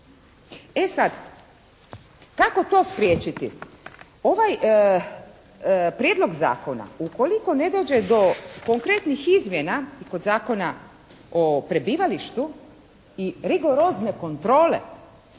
E sad, kako to spriječiti? Ovaj Prijedlog zakona ukoliko ne dođe do konkretnih izmjena i kod Zakona o prebivalištu i rigorozne kontrole